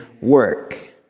work